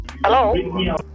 Hello